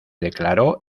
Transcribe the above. declaró